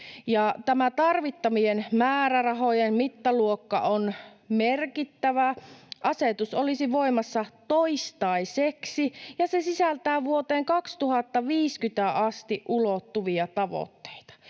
tämä tarvittavien määrärahojen mittaluokka on merkittävä. Asetus olisi voimassa toistaiseksi, ja se sisältää vuoteen 2050 asti ulottuvia tavoitteita.